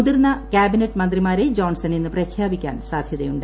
മുതിർന്ന കൃാബിനറ്റ് മന്ത്രിമാരെ ജോൺസൺ ഇന്ന് പ്രഖ്യാപിക്കാൻ സാധ്യതയുണ്ട്